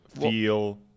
feel